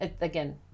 again